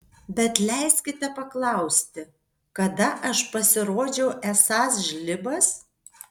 bet leiskite paklausti kada aš pasirodžiau esąs žlibas